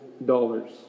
Dollars